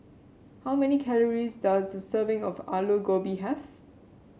how many calories does a serving of Aloo Gobi have